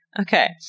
Okay